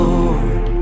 Lord